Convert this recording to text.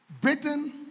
Britain